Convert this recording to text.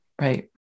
Right